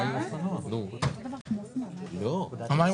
אגב,